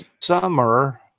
summer